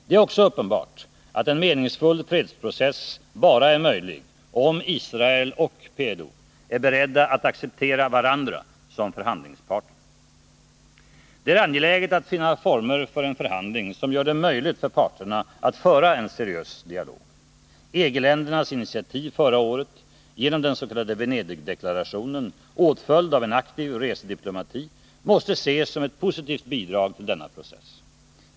Det är också uppenbart att en meningsfull fredsprocess bara är möjlig, om Israel och PLO är beredda att acceptera varandra som förhandlingsparter. Det är angeläget att finna former för en förhandling som gör det möjligt för parterna att föra en seriös dialog. EG-ländernas initiativ förra året genom dens.k. Venedigdeklarationen, åtföljd av en aktiv resediplomati, måste ses som ett positivt bidrag till denna process.